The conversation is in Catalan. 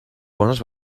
bones